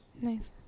nice